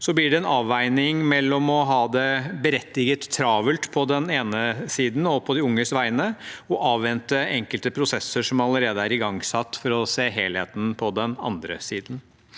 så blir det en avveining mellom å ha det berettiget travelt på den ene siden – og på de unges vegne – og å avvente enkelte prosesser som allerede er igangsatt for å se helheten på den andre siden.